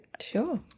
Sure